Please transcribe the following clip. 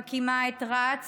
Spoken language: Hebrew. מקימת רצ,